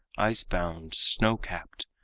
ice bound, snow capped,